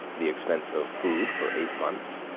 the expense of food for eight months,